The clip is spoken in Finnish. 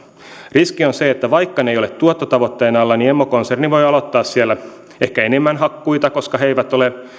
riski on se että vaikka ne eivät ole tuottotavoitteen alla niin emokonserni voi aloittaa siellä ehkä enemmän hakkuita koska he eivät ole